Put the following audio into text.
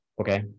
Okay